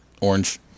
orange